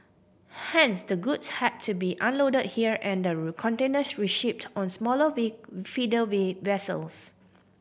hence the goods had to be unload here and the containers reshipped on smaller feeder V vessels